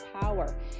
power